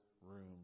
room